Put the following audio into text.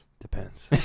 Depends